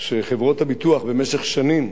שחברות הביטוח במשך שנים,